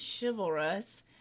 chivalrous